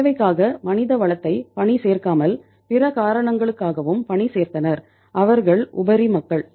தேவைக்காக மனித வளத்தை பணி சேர்க்காமல் பிற காரணங்களுக்காகவும் பணி சேர்த்தனர் அவர்கள் உபரி மக்கள்